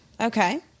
okay